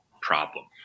problem